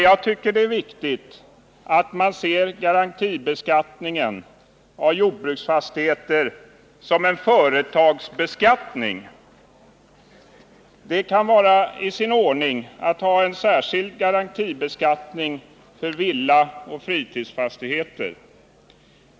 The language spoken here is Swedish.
Jag tycker det är viktigt att man ser garantibeskattningen av jordbruksfastigheter som en företagsbeskattning. Det kan vara i sin ordning att ha en särskild garantibeskattning för villaoch fritidsfastigheter.